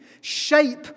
shape